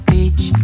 Beach